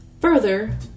Further